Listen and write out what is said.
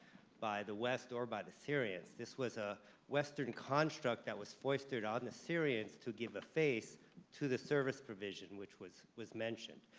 by the west or by the syrians. this was a western construct that was foisted on the syrians to give a face to the service provision, which was was mentioned.